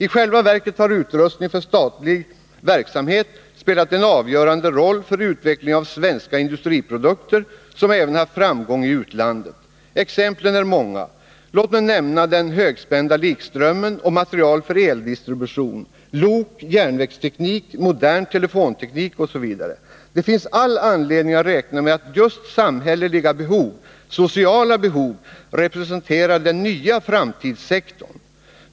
I själva verket har utrustning för statlig verksamhet spelat en avgörande roll för utveckling av svenska industriprodukter, som även haft framgång i utlandet. Exemplen är många. Låt mig nämna den högspända likströmmen och material för eldistribution, lok, järnvägsteknik, modern telefonteknik osv. Det finns all anledning att räkna med att just samhälleliga behov, sociala behov, representerar den nya framtidssektorn.